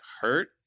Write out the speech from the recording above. hurt